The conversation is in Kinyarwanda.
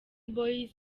boyz